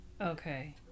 Okay